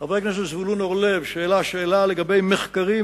חבר הכנסת זבולון אורלב העלה שאלה לגבי מחקרים,